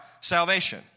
salvation